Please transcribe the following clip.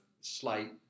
slight